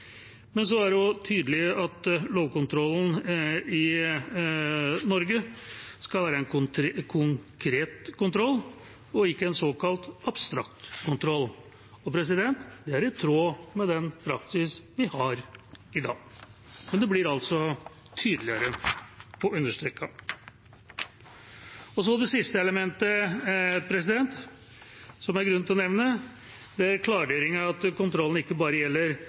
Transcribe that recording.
men det er også tydelig at lovkontrollen i Norge skal være en konkret kontroll og ikke en såkalt abstrakt kontroll. Det er i tråd med den praksis vi har i dag, men det blir altså tydeligere, og understreket. Det siste elementet det er grunn til å nevne, er klargjøringen av at kontrollen ikke bare gjelder